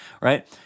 right